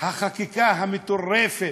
החקיקה המטורפת,